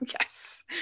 yes